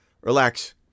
Relax